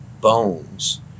bones